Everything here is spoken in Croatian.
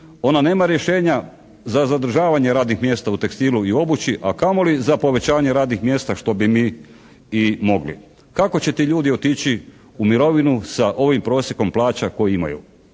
ona nema rješenja za zadržavanje radnih mjesta u tekstilu i obući, a kamoli za povećanje radnih mjesta što bi mi i mogli. Kako će ti ljudi otići u mirovinu sa ovim prosjekom plaća koji imaju